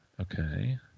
Okay